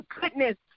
goodness